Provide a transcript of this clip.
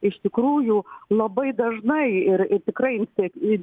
iš tikrųjų labai dažnai ir ir tikrai tiek į